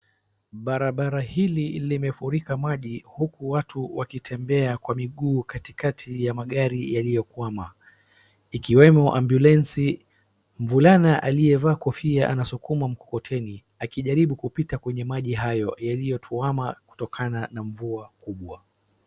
Barabara hili limefurika maji huku watu wakitembea kwa miguu katikati ya magari yaliyo kwama ikiwemo ambulensi. Mvulana aliyevaa kofia anasukuma mkokoteni akijaribu kupita kwenye maji hayo yaliyotuama kutokana na mvua kubwa.